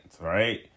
right